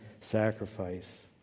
sacrifice